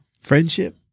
Friendship